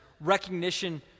recognition